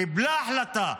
קיבלה החלטה,